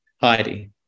Heidi